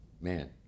Man